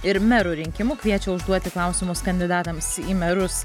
ir merų rinkimų kviečia užduoti klausimus kandidatams į merus